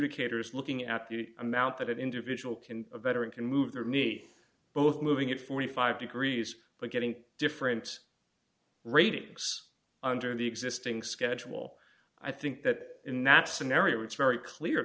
adjudicators looking at the amount that an individual can a veteran can move there me both moving at forty five degrees but getting different ratings under the existing schedule i think that in that scenario it's very clear